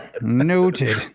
Noted